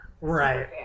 Right